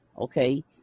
okay